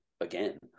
again